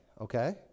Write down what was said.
okay